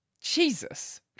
Jesus